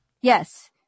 Yes